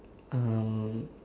um